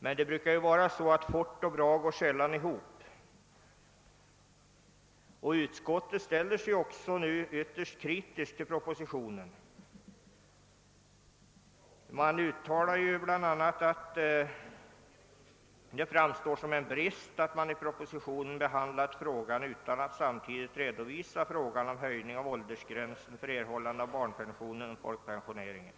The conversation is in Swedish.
Men det brukar vara så att fort och bra går sällan ihop. Utskottet har också ställt sig ytterst kritiskt till propositionen och skriver på s. 11 i sitt utlåtande nr 40 bl a.: »Framför allt framstår det som en brist att man i propositionen behandlat frågan utan att samtidigt redovisa frågan om höjning av åldersgränsen för erhållande av barnpension inom folkpensioneringen.